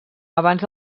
abans